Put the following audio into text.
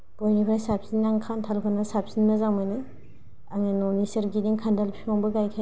बयनिबो साबसिन आं खान्थालखौनो साबसिन मोजां मोनो आङो न'नि सोरगिदिं खान्थाल फिफांबो गायखायो